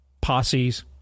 posses